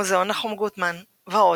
מוזיאון נחום גוטמן ועוד.